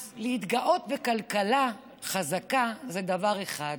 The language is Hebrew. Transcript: אז להתגאות בכלכלה חזקה זה דבר אחד,